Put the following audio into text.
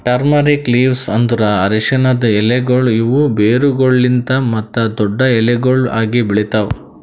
turmeric leaves ಅಂದುರ್ ಅರಶಿನದ್ ಎಲೆಗೊಳ್ ಇವು ಬೇರುಗೊಳಲಿಂತ್ ಮತ್ತ ದೊಡ್ಡು ಎಲಿಗೊಳ್ ಆಗಿ ಬೆಳಿತಾವ್